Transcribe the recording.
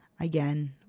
again